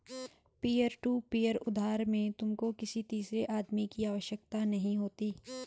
peer to peer उधार में तुमको किसी तीसरे आदमी की आवश्यकता नहीं होती